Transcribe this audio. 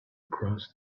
cross